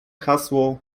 hasło